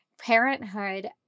parenthood